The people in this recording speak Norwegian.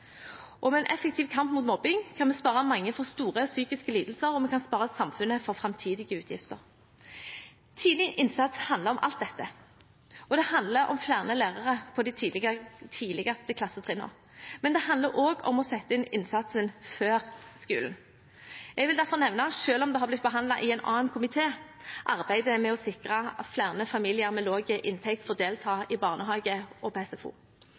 Med en effektiv kamp mot mobbing kan vi spare mange for store psykiske lidelser, og vi kan spare samfunnet for framtidige utgifter. Tidlig innsats handler om alt dette, og det handler om flere lærere på de tidlige klassetrinnene, men det handler også om å sette inn innsatsen før skolen. Jeg vil derfor nevne, selv om det har blitt behandlet i en annen komité, arbeidet med å sikre at flere familier med lav inntekt får delta i barnehage og SFO.